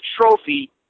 trophy